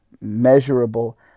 measurable